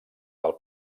del